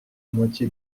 moitié